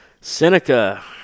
Seneca